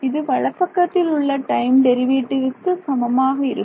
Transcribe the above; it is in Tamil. இது வலப்பக்கத்தில் உள்ள டைம் டெரிவேட்டிவ்க்கு சமமாக இருக்கும்